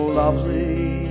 lovely